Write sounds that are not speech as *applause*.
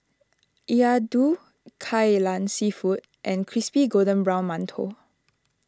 *unintelligible* Kai Lan Seafood and Crispy Golden Brown Mantou